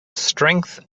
strength